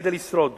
כדי לשרוד